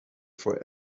for